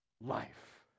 life